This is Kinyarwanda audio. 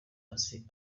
hasi